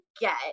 get